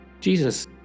Jesus